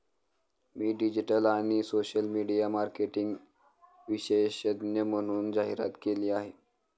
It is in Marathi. मी डिजिटल आणि सोशल मीडिया मार्केटिंग विशेषज्ञ म्हणून जाहिरात केली आहे